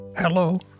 Hello